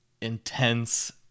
intense